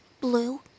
Blue